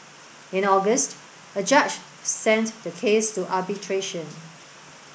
in August a judge sent the case to arbitration